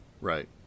right